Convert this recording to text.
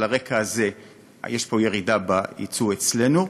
על הרקע הזה ירידה ביצוא אצלנו,